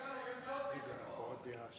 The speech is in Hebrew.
רגע, יש